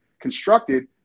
constructed